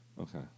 Okay